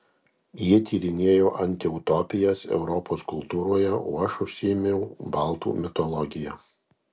ji tyrinėjo antiutopijas europos kultūroje o aš užsiėmiau baltų mitologija